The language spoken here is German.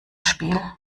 spiel